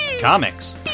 comics